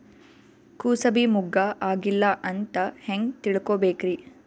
ಕೂಸಬಿ ಮುಗ್ಗ ಆಗಿಲ್ಲಾ ಅಂತ ಹೆಂಗ್ ತಿಳಕೋಬೇಕ್ರಿ?